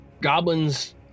Goblins